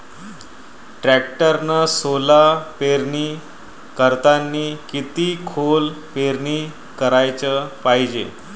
टॅक्टरनं सोला पेरनी करतांनी किती खोल पेरनी कराच पायजे?